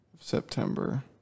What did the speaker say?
September